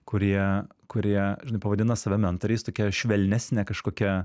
kurie kurie žinai pavadina save mentoriais tokia švelnesne kažkokia